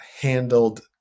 handled